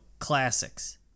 Classics